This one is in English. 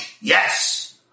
Yes